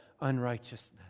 unrighteousness